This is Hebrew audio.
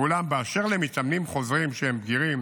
אולם באשר למתאמנים חוזרים שהם בגירים